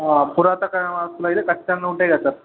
పురాతన వస్తువులు అయితే ఖచ్చితంగా ఉంటాయి కదా సార్